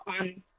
on